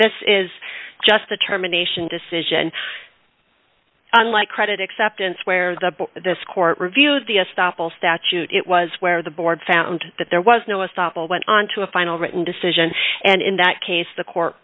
this is just determination decision unlike credit acceptance where the board this court reviewed the estoppel statute it was where the board found that there was no a softball went on to a final written decision and in that case the court